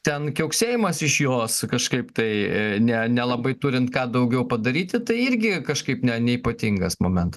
ten kiauksėjimas iš jos kažkaip tai ne nelabai turint ką daugiau padaryti tai irgi kažkaip ne neypatingas momentas